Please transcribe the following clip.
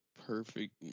perfect